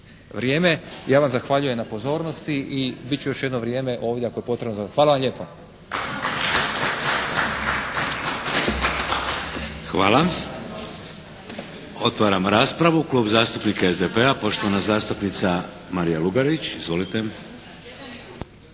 vrijeme. Ja vam zahvaljujem na pozornosti i bit ću još jedno vrijeme ovdje ako je potrebno. Hvala vam lijepo. /Pljesak./ **Šeks, Vladimir (HDZ)** Hvala. Otvaram raspravu. Klub zastupnika SDP-a, poštovana zastupnica Marija Lugarić. Izvolite.